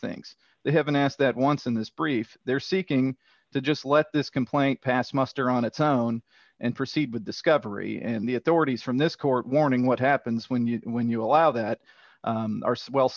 things they haven't asked that once in this brief they're seeking to just let this complaint pass muster on its own and proceed with discovery and the authorities from this court warning what happens when you when you allow that are swell